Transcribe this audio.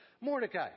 Mordecai